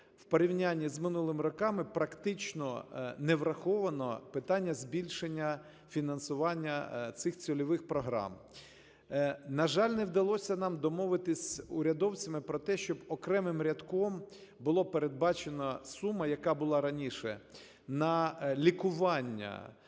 в порівняні з минулими роками практично не враховано питання збільшення фінансування цих цільових програм. На жаль, не вдалося нам домовитись з урядовцями про те, щоб окремим рядком була передбачена сума, яка була раніше, на лікування